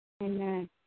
Amen